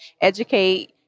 educate